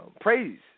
praise